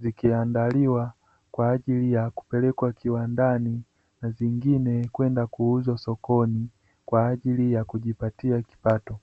zikiandaliwa kwa ajili ya kupelekwa kiwandani na zingine kwenda kuuzwa sokoni kwa ajili ya kujipatia kipato.